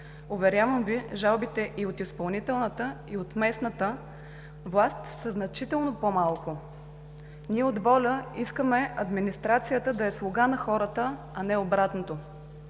Уверявам Ви, жалбите и от изпълнителната, и от местната власт са значително по-малко. Ние от „Воля“ искаме администрацията да е слуга на хората, а не обратното.